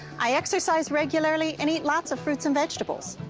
i exercise regularly and eat lots of fruits and vegetables.